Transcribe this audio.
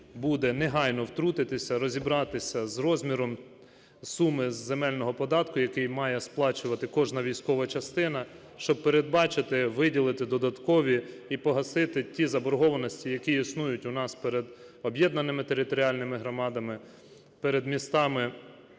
буде негайно втрутитися, розібратися з розміром суми з земельного податку, який має сплачувати кожна військова частина, щоб передбачити, виділити додаткові і погасити ті заборгованості, які існують у нас перед об'єднаними територіальними громадами, перед містами